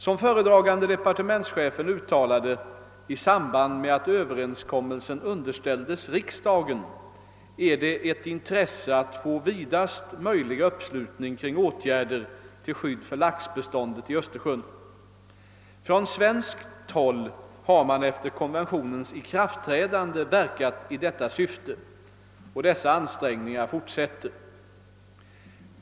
Som föredragande departementschefen uttalade i samband med att överenskommelsen underställdes riksdagen är det ett intresse att få vidast möjliga uppslutning kring åtgärder till skydd för laxbeståndet i Östersjön. Från svenskt håll har man efter konventionens ikraftträdande verkat i detta syfte. Dessa ansträngningar fortsätter.